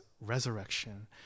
resurrection